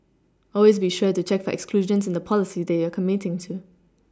always be sure to check for exclusions in the policy that you are committing to